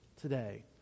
today